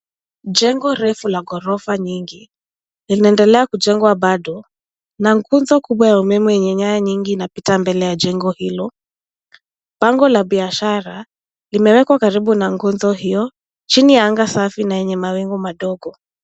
Jengo refu la gorofa nyingi linaendelea kujengwa bado na nguzo kubwa ya umeme yenye nyaya nyingi inapita mbele ya jengo hilo. Bango la biashara limewekwa karibu na nguzo hiyo, chini ya anga safi na yenye mawingu madogo.